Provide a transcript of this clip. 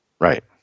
Right